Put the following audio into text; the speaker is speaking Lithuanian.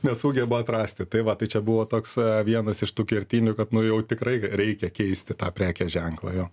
nesugeba atrasti tai va tai čia buvo toks vienas iš tų kertinių kad nu jau tikrai reikia keisti tą prekės ženklą jo